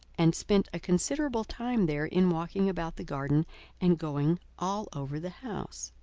and spent a considerable time there in walking about the garden and going all over the house.